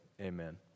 Amen